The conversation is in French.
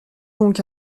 donc